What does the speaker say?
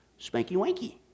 Spanky-wanky